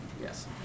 Yes